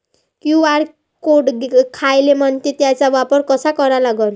QR code कायले म्हनते, त्याचा वापर कसा करा लागन?